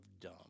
dumb